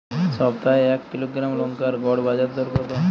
সপ্তাহে এক কিলোগ্রাম লঙ্কার গড় বাজার দর কতো?